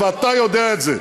ואתה יודע את זה.